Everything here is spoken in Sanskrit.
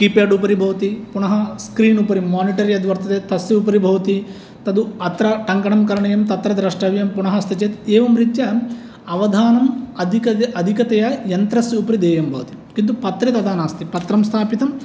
कीपेड् उपरि भवति पुनः स्क्रीन् उपरि मोनिटर् यद् वर्तते तस्योपरि भवति तदु अत्र टङ्कनं करणीयं तत्र द्रष्टव्यम् पुनः अस्ति चेत् एवं रीत्या अवधानम् अधिकत अधिकतया यन्त्रस्य उपरि देयं भवति किन्तु पत्रे तथा नास्ति पत्रं स्थापितं